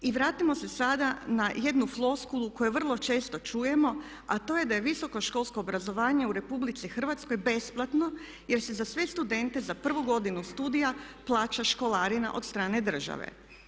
I vratimo se sada na jednu floskulu koju vrlo često čujemo, a to je da je visoko školsko obrazovanje u Republici Hrvatskoj besplatno jer se za sve studente za prvu godinu studija plaća školarina od strane države.